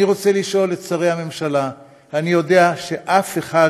אני רוצה לשאול את שרי הממשלה, אני יודע שאף אחד